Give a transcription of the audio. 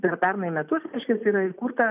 per pernai metus reiškias yra įkurta